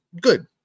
good